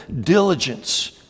diligence